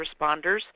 responders